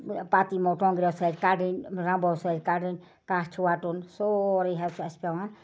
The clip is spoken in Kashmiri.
پتہٕ یِمَو ٹۄنٛگریو سۭتۍ کَڑٕنۍ رَمبَو سۭتۍ کَڑٕنۍ کَھچ وَٹُن سورُے حظ چھُ اَسہِ پٮ۪وان